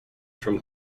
from